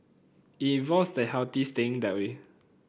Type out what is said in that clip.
it involves the healthy staying that way